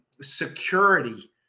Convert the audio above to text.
security